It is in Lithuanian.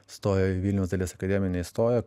stojo į vilniaus dailės akademiją neįstojo